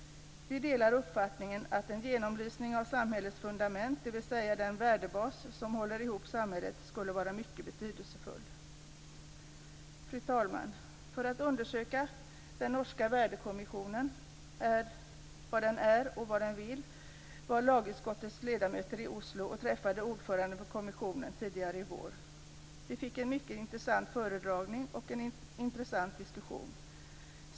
Vi delar också uppfattningen att en genomlysning av samhällets fundament, dvs. den värdebas som håller ihop samhället, skulle vara mycket betydelsefull. Fru talman! För att undersöka vad den norska Verdikommisjonen är och vill var lagutskottets ledamöter i Oslo och träffade ordföranden för kommissionen tidigare i vår. Vi fick en mycket intressant föredragning och en intressant diskussion.